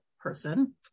person